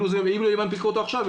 אם ינפיקו אותו עכשיו,